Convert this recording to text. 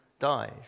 dies